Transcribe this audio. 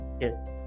Yes